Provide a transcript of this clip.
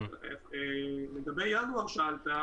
לגבי ינואר שאלת,